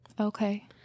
okay